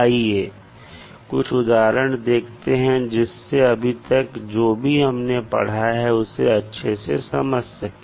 आइए कुछ उदाहरण देखते हैं जिससे अभी तक जो भी हमने पढ़ा है उसे अच्छे से समझ सके